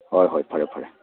ꯍꯣꯏ ꯍꯣꯏ ꯐꯔꯦ ꯐꯔꯦ